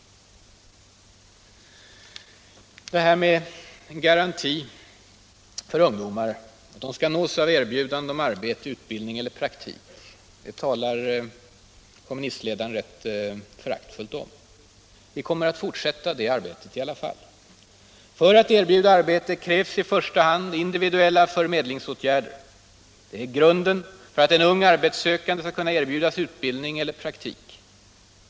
Så till detta med garantin för ungdomar: De skall nås av erbjudanden om arbete, utbildning eller praktik. Det talar kommunistledaren rätt föraktfullt om. Vi kommer att fortsätta det arbetet i alla fall. För att erbjuda arbete krävs i första hand individuella förmedlingsåtgärder. Det är grunden för att en ung arbetssökande skall kunna erbjudas utbildning eller praktik.